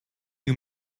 you